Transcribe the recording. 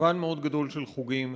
מגוון מאוד גדול של חוגים,